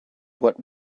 what